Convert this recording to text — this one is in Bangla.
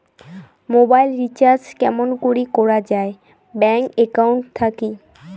মোবাইল রিচার্জ কেমন করি করা যায় ব্যাংক একাউন্ট থাকি?